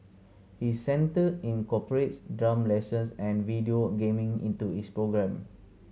his centre incorporates drum lessons and video gaming into its programme